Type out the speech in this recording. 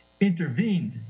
intervened